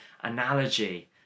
Analogy